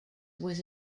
was